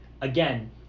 again